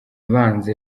ibanza